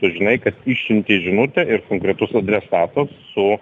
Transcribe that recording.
tu žinai kad išsiuntei žinutę ir konkretus adresatas su